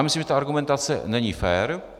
Myslím, že ta argumentace není fér.